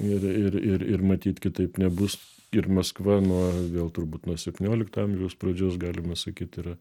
ir ir ir ir matyt kitaip nebus ir maskva nuo vėl turbūt nuo septyniolikto amžiaus pradžios galima sakyt yra